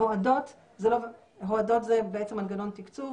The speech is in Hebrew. הוֹעדות זה מנגנון תקצוב